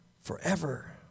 forever